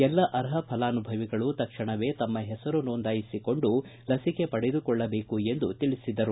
ಎಲ್ಲ ಅರ್ಹ ಫಲಾನುಭವಿಗಳು ತಕ್ಷಣವೇ ತಮ್ನ ಹೆಸರುಗಳನ್ನು ನೋಂದಾಯಿಸಿಕೊಂಡು ಲಸಿಕೆಗಳನ್ನು ಪಡೆದುಕೊಳ್ಳಬೇಕು ಎಂದು ತಿಳಿಸಿದರು